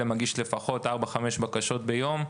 מגיש לפחות ארבע-חמש בקשות ביום,